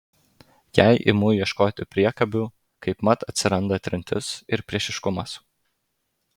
jei imu ieškoti priekabių kaipmat atsiranda trintis ir priešiškumas